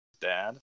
dad